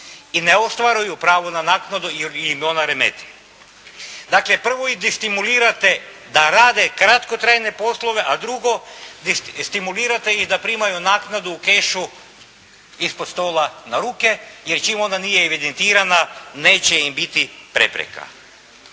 i ne ostvaruju pravo na naknadu jer im ona remeti. Dakle prvo ih destimulirate da rade kratkotrajne poslove a drugo stimulirate ih da primaju naknadu u kešu ispod stola na ruke jer čim ona nije evidentirana neće im biti prepreka.